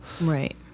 Right